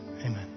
Amen